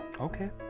okay